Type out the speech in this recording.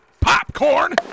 Popcorn